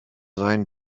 sein